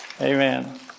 Amen